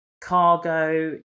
cargo